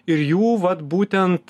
ir jų vat būtent